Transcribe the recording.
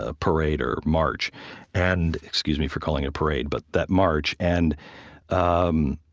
ah parade or march and excuse me for calling it a parade but that march. and um